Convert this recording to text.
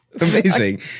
amazing